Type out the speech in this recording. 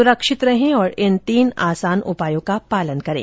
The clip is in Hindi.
सुरक्षित रहें और इन तीन आसान उपायों का पालन करें